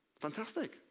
Fantastic